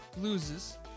loses